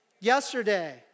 yesterday